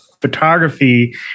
photography